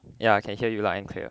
yeah I can hear you loud and clear